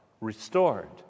Restored